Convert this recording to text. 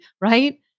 right